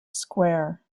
square